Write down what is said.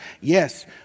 Yes